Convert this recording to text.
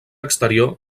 exterior